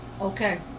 Okay